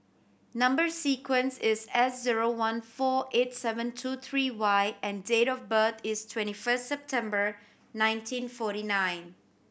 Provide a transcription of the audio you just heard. number sequence is S zero one four eight seven two three Y and date of birth is twenty first September nineteen forty nine